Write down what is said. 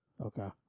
Okay